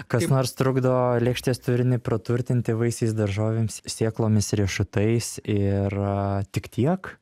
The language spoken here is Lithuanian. kas nors trukdo lėkštės turinį praturtinti vaisiais daržovėmis sėklomis riešutais ir tik tiek